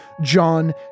John